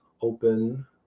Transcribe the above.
open